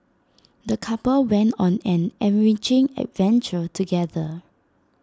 the couple went on an enriching adventure together